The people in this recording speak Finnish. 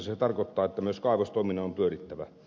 se tarkoittaa että myös kaivostoiminnan on pyörittävä